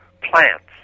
plants